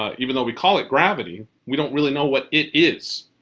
ah even though we call it gravity. we don't really know what it is.